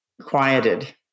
quieted